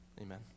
Amen